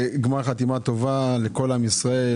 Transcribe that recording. גמר חתימה טובה לכל עם ישראל,